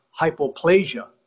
hypoplasia